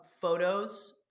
photos